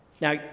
Now